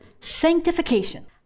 Sanctification